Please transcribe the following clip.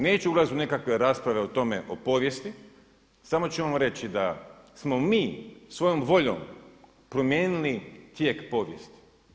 Neću ulazit u nekakve rasprave o tome o povijesti samo ću vam reći da smo mi svojom voljom promijenili tijek povijesti.